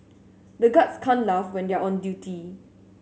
the guards can't laugh when they are on duty